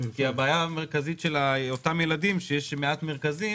כי הבעיה המרכזית של אותם ילדים, שיש מעט מרכזים